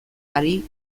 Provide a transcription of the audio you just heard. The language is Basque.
hari